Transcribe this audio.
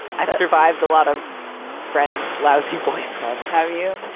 i've survived a lot of friends. lousy boyfriend. have you?